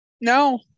No